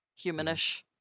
humanish